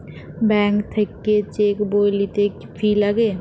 bank থাক্যে cheque বই লিতে ফি লাগে